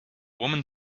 woman